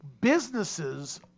businesses